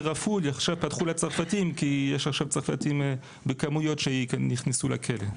רפול עכשיו פתחו לצרפתים כי יש עכשיו צרפתים בכמויות שנכנסו לכלא.